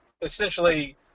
essentially